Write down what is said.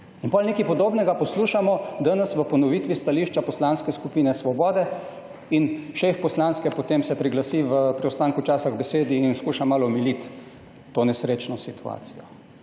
In potem nekaj podobnega poslušamo danes v ponovitvi stališča Poslanske skupine Svobode in šef poslanske potem se priglasi v preostanku časa k besedi in skuša malo omiliti to nesrečno situacijo,